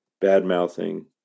bad-mouthing